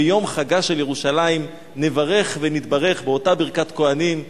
ביום חגה של ירושלים נברך ונתברך באותה ברכת כוהנים,